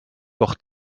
doch